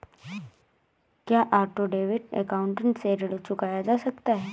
क्या auto debit account से ऋण चुकाया जा सकता है?